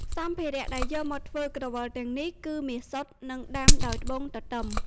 សម្ភារៈដែលយកមកធ្វើក្រវិលទាំងនេះគឺមាសសុទ្ធ និងដាំដោយត្បូងទទឹម។